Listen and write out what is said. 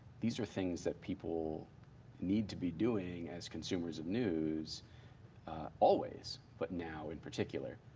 these are things that people need to be doing as consumers of news always, but now in particular.